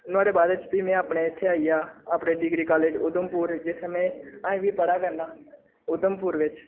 नुहाड़े बाद च भी में इ'त्थें आइया अपने डिग्री कॉलेज़ उधमपुर जि'त्थें में ऐहीं बी पढ़ा करना उधमपुर बिच